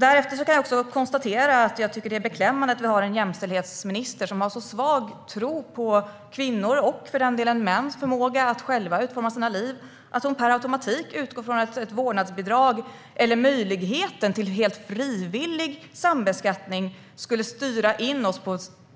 Jag kan också konstatera att det är beklämmande att vi har en jämställdhetsminister som har så svag tro på kvinnors och för den delen mäns förmåga att själva utforma sina liv att hon per automatik utgår från att ett vårdnadsbidrag eller möjligheten till helt frivillig sambeskattning skulle styra in oss